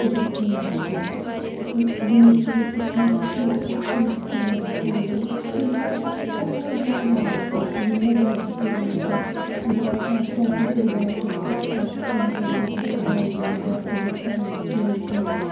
ہُہ چھُ گَژھان مٔشتھٕے تہٕ یِمو چیٖزو سۭتۍ چھُ مےٚ باسان مطلب چھُ نۄقصانٕے گَژھان یِم کُنہِ ساتہٕ چھُ آسان کیٚنٛہہ فٲیدٕ مَند ایڈ تہِ یِم مےٚ گۄڈنٮ۪تھٕے وون تۄہہِ کُنہِ ساتہٕ چھُ آفر آسان کُنہِ بیچو خٲطرٕ اَسہِ اَن اکیڈمی پٮ۪ٹھٕ یا بایجوز یا فزِکِس والاہٕکۍ چھِ یوان کیٚنٛہہ